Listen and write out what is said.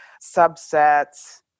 subsets